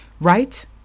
right